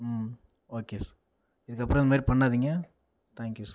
okay sir இதுக்கப்புறம் இது மாதிரி பண்ணாதீங்க தேங்க்யூ சார்